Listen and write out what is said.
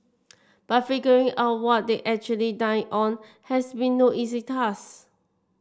but figuring out what they actually dined on has been no easy task